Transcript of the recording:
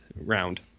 round